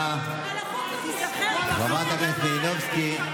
מושחתים, חברת הכנסת מלינובסקי.